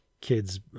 kid's